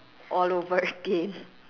all over again